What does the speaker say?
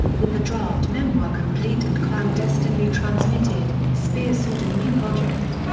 with the draft memoir complete and clandestinely transmitted, speer sought a new project.